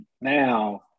now